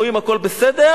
רואים הכול בסדר,